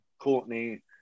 Courtney